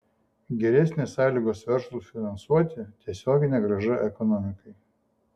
geresnės sąlygos verslui finansuoti tiesioginė grąža ekonomikai